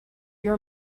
your